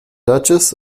duchess